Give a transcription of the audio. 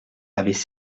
avaient